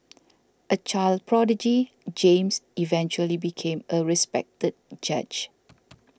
a child prodigy James eventually became a respected judge